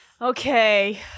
Okay